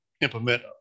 implement